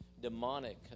demonic